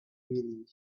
really